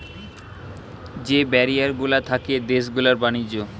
যে ব্যারিয়ার গুলা থাকে দেশ গুলার ব্যাণিজ্য